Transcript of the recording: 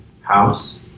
house